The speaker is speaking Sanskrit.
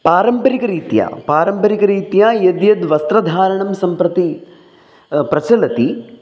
पारम्परिकरीत्या पारम्परिकरीत्या यद्यद् वस्त्रधारणं सम्प्रति प्रचलति